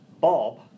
Bob